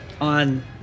on